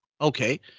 Okay